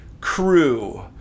crew